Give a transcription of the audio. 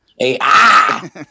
AI